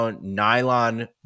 nylon